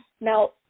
Now